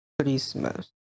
Christmas